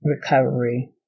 recovery